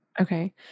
Okay